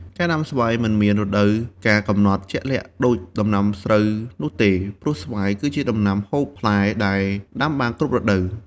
ការដាំស្វាយមិនមានរដូវកាលកំណត់ជាក់លាក់ដូចដំណាំស្រូវនោះទេ ព្រោះស្វាយគឺជាដំណាំឈើហូបផ្លែដែលដាំបានគ្រប់រដូវ។